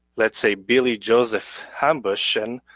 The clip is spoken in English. let's say billy joseph hambuchen,